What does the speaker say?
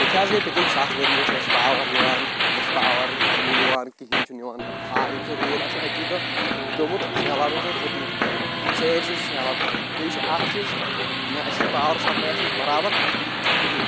ییٚتہِ حظ گٔیے پٔتِم سَتھ ؤری اَسہِ نہ چھِ پاوَر یِوان نہ چھِ پاوَر یِوان کِہیٖنۍ چھُ نہٕ یِوان آ ییٚتہِ چھِ روٗد آسان اَکی دۄہ پیوٚمُت سہلاب چھِ آسان کھوٚمُت سٲرسی چھِ سہلاب کھسان بیٚیہِ چھِ اَکھ چیٖز نہ اَسہِ چھِنہٕ پاوَر سَپلاے آسان برابر کِہیٖنۍ